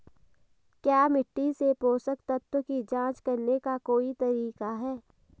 क्या मिट्टी से पोषक तत्व की जांच करने का कोई तरीका है?